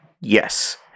Yes